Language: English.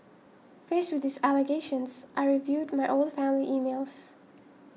faced with these allegations I reviewed my old family emails